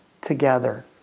together